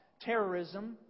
terrorism